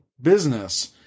business